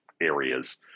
areas